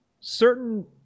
certain